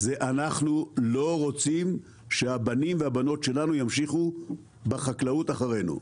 הוא אנחנו לא רוצים שהבנים והבנות שלנו ימשיכו בחקלאות אחרינו.